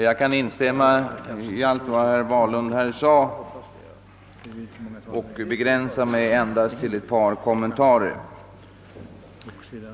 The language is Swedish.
Jag kan instämma i allt vad herr Wahlund har anfört och kan därför begränsa mig till endast ett par korta kommentarer.